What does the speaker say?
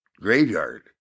graveyard